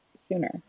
sooner